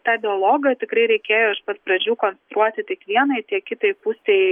tą dialogą tikrai reikėjo iš pat pradžių konstruoti tiek vienai tiek kitai pusei